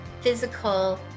physical